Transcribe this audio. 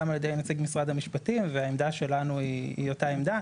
גם על ידי נציג משרד המשפטים והעמדה שלנו היא אותה עמדה.